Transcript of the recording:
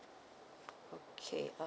okay um